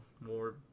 more